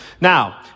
Now